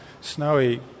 snowy